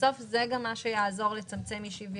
בסוף זה גם מה שיעזור לצמצם אי-שוויון.